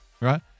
right